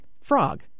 frog